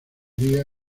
día